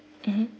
mmhmm